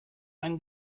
ein